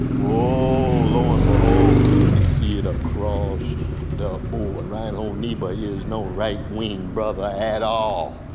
whoa lo and behold we see it across the board. reinhold niebuhr, is no right winged brother at all.